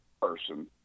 person